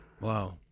wow